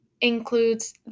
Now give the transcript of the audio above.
includes